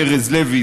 ארז לוי,